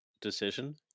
decision